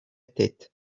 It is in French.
tête